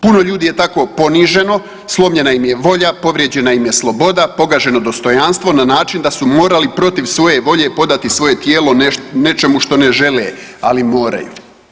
Puno ljudi je tako poniženo, slomljena im je volja, povrijeđena im je sloboda, pogaženo dostojanstvo na način da su morali protiv svoje volje podati svoje tijelo nečemu što ne žele ali moraju.